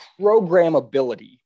programmability